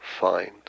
find